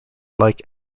like